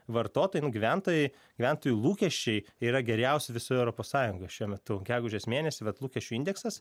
vartotojam gyventojai gyventojų lūkesčiai yra geriausi visoje europos sąjungoj šiuo metu gegužės mėnesį vat lūkesčių indeksas